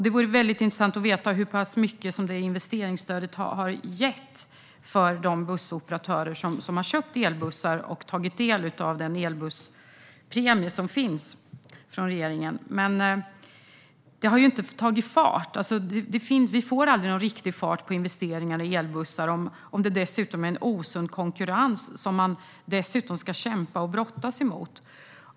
Det vore väldigt intressant att veta hur mycket investeringsstödet har gett för de bussoperatörer som har köpt elbussar och tagit del av elbusspremien från regeringen. Det har ju inte tagit fart. Vi får aldrig någon riktig fart på investeringar i elbussar om man dessutom ska kämpa mot och brottas med en osund konkurrens.